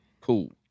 cool